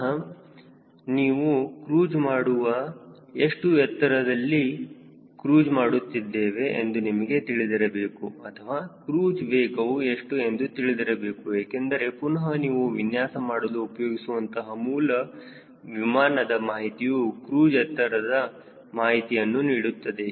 ಪುನಹ ನೀವು ಕ್ರೂಜ್ ಮಾಡುವ ಎಷ್ಟು ಎತ್ತರದಲ್ಲಿ ಕ್ರೂಜ್ ಮಾಡುತ್ತಿದ್ದೇವೆ ಎಂದು ನಿಮಗೆ ತಿಳಿದಿರಬೇಕು ಅಥವಾ ಕ್ರೂಜ್ ವೇಗವು ಎಷ್ಟು ಎಂದು ತಿಳಿದಿರಬೇಕು ಏಕೆಂದರೆ ಪುನಹ ನೀವು ವಿನ್ಯಾಸ ಮಾಡಲು ಉಪಯೋಗಿಸುವಂತಹ ಮೂಲ ವಿಮಾನದ ಮಾಹಿತಿಯು ಕ್ರೂಜ್ ಎತ್ತರದ ಮಾಹಿತಿಯನ್ನು ನೀಡುತ್ತದೆ